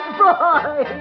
boy